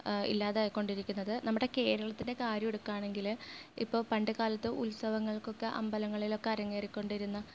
ഇല്ലാതായിക്കൊണ്ടിരിക്കുന്നത് നമ്മുടെ കേരളത്തിൻ്റെ കാര്യം എടുക്കണെങ്കിൽ ഇപ്പോൾ പണ്ടുകാലത്ത് ഉത്സവങ്ങൾക്കൊക്കെ അമ്പലങ്ങളിലൊക്കെ അരങ്ങേറിക്കൊണ്ടിരുന്ന